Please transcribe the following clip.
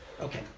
Okay